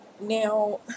now